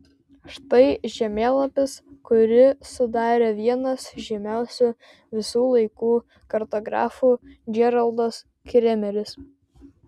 štai žemėlapis kurį sudarė vienas žymiausių visų laikų kartografų džeraldas kremeris